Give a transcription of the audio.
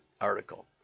article